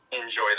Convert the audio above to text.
enjoy